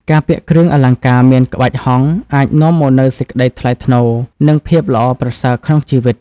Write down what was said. ការពាក់គ្រឿងអលង្ការមានក្បាច់ហង្ស អាចនាំមកនូវសេចក្តីថ្លៃថ្នូរ និងភាពល្អប្រសើរក្នុងជីវិត។